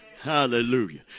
Hallelujah